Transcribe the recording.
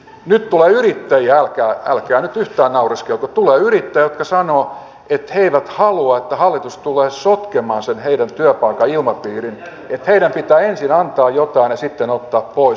nyt tulee yrittäjiä älkää nyt yhtään naureskelko tulee yrittäjiä jotka sanovat että he eivät halua että hallitus tulee sotkemaan sen heidän työpaikkansa ilmapiirin että heidän pitää ensin antaa jotain ja sitten ottaa pois